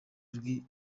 rw’i